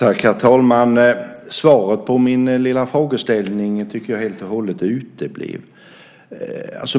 Herr talman! Svaret på min lilla fråga uteblev helt.